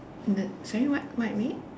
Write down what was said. the sorry what what you mean